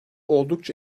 oldukça